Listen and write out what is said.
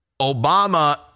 Obama